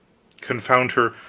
confound her,